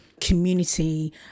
community